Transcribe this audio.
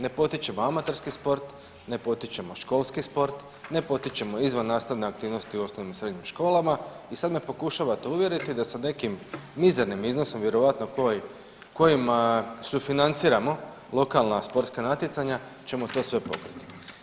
Ne potičemo amaterski sport, ne potičemo školski sport, ne potičemo izvan nastavne aktivnosti u osnovnim i srednjim školama i sad me pokušavate uvjeriti da sa nekim mizernim iznosom vjerojatnom kojima sufinanciramo lokalna sportska natjecanja ćemo to sve pokriti.